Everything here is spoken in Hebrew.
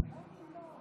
אדוני